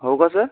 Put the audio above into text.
हो का सर